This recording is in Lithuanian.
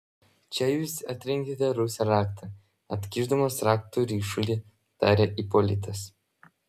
čia jūs atrinkite rūsio raktą atkišdamas raktų ryšulį tarė ipolitas